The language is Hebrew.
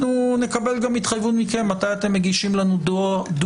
נקבל גם התחייבות מכם מתי אתם מגישים לנו דוח